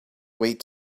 wait